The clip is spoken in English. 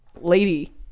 Lady